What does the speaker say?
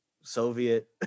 Soviet